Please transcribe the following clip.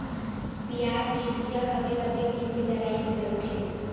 पियाज के बीजा हवे कतेक दिन मे जराई निकलथे?